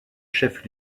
chef